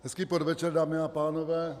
Hezký podvečer, dámy a pánové.